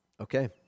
Okay